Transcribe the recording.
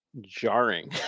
jarring